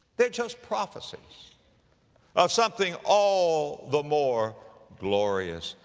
they're just prophecies of something all the more glorious.